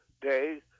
day